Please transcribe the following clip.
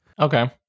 Okay